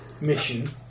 mission